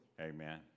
amen